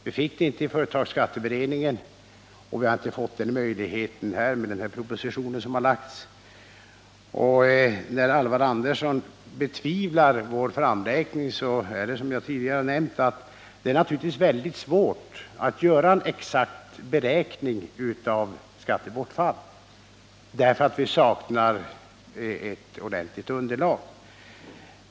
Vi fick det inte i företagsskatteberedningen, och vi har inte fått det i samband med behandlingen av den proposition det nu gäller. Alvar Andersson betvivlar de siffror vi har räknat fram, och det är som jag tidigare nämnt väldigt svårt att göra en exakt beräkning av skattebortfallet, eftersom det saknas ett ordentligt underlag.